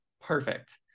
perfect